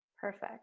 Perfect